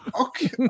Okay